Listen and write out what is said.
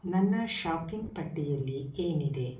ನನ್ನ ಶಾಪಿಂಗ್ ಪಟ್ಟಿಯಲ್ಲಿ ಏನಿದೆ